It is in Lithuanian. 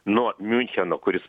nuo miuncheno kuris